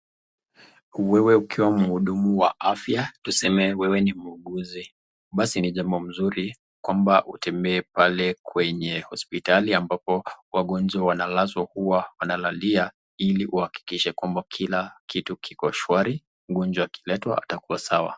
Wewe ukiwa mhudumu wa afya, tuseme wewe ni muuguzi, basi ni jambo mzuri kwamba utembee pale kwenye hosiptali ambapo wagonjwa wanalazwa huwa wanalalia ili wahakikishe kwamba kila kitu kiko shwari, mgonjwa akiletwa itakuwa sawa.